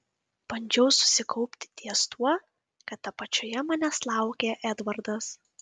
bandžiau susikaupti ties tuo kad apačioje manęs laukė edvardas